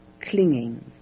clinging